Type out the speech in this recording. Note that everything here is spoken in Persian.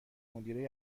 مدیره